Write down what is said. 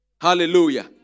Hallelujah